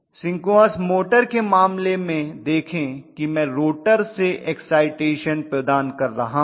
synchronous motor के मामले में देखें कि मैं रोटर से एक्साइटेशन प्रदान कर रहा हूं